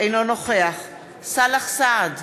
אינו נוכח סאלח סעד,